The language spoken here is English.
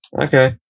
Okay